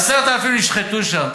10,000 נשחטו שם.